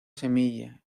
semilla